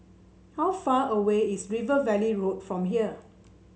how far away is River Valley Road from here